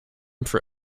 for